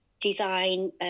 design